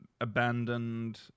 abandoned